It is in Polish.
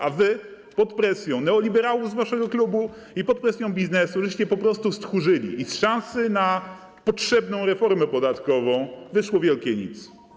A wy pod presją neoliberałów z waszego klubu i pod presją biznesu po prostu stchórzyliście i z szansy na potrzebną reformę podatkową wyszło wielkie nic.